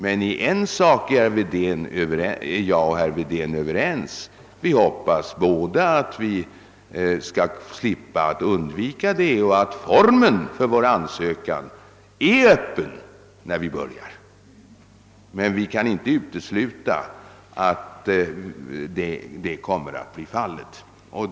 Men i en sak är herr Wedén och jag överens: vi hoppas båda att vi skall kunna undvika en sådan precisering. Därför är formen för vår ansökan öppen när vi i dag önskar inleda förhandlingar. Men vi kan inte utesluta att det kommer att bli ett val.